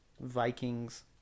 Vikings